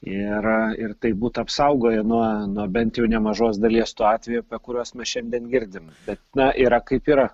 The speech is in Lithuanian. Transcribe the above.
ir ir tai būt apsaugoję nuo nuo bent jau nemažos dalies tų atvejų apie kuriuos mes šiandien girdim bet na yra kaip yra